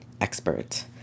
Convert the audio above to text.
expert